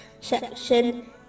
section